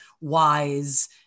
wise